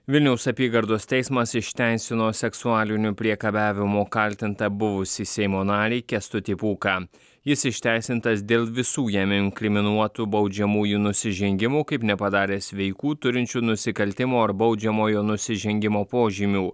vilniaus apygardos teismas išteisino seksualiniu priekabiavimu kaltintą buvusį seimo narį kęstutį pūką jis išteisintas dėl visų jam inkriminuotų baudžiamųjų nusižengimų kaip nepadaręs veikų turinčių nusikaltimo ar baudžiamojo nusižengimo požymių